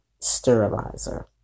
Sterilizer